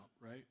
right